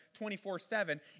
24-7